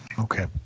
Okay